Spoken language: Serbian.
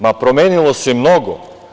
Ma promenilo se mnogo.